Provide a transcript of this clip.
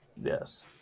Yes